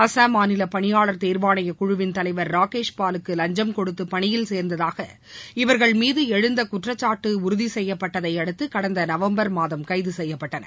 அஸ்ஸாம் மாநில பணியாளர் தேர்வாணைய குழுவிள் தலைவர் ராக்கேஷ் பாலுக்கு லஞ்சம் கொடுத்து பணியில் சேர்ந்ததாக இவர்கள் மீது எழுந்த குற்றச்சாட்டு உறதி செய்யப்பட்டதையடுத்து கடந்த நவம்பர் மாதம் கைது செய்யப்பட்டனர்